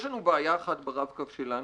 יש לנו בעיה אחת ברב קו שלנו,